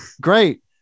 great